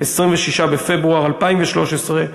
26 בפברואר 2013,